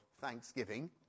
thanksgiving